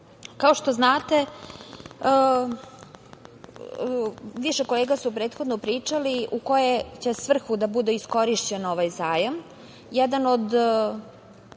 što znate, više kolega je prethodno pričalo u koju će svrhu da bude iskorišćen ovaj zajam.